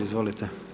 Izvolite.